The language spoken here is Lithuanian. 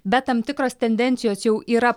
bet tam tikros tendencijos jau yra